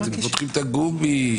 אתם מותחים את הגומי,